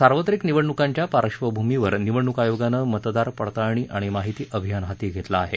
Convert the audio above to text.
सार्वत्रिक निवडणुकांच्या पार्डभूमीवर निवडणुक आयोगानं मतदार पडताळणी आणि माहिती अभियान हाती घेतलं आहे